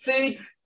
food